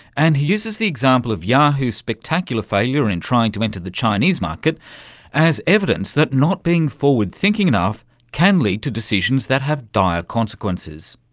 and he uses the example of yahoo's spectacular failure in trying to enter the chinese market as evidence that not being forward thinking enough can lead to decisions that have dire consequences.